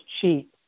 cheap